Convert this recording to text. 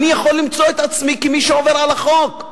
אני יכול למצוא את עצמי כמי שעובר על החוק.